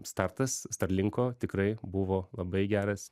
startas starlinko tikrai buvo labai geras